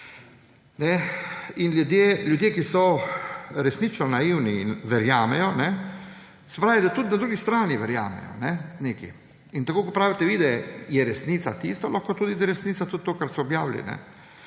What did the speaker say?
in ljudje, ki so resnično naivni in verjamejo, se pravi, da tudi drugi strani verjamejo nekaj. In tako kot pravite vi, da je resnica tisto, lahko je tudi, da je resnica tudi to, kar so objavili.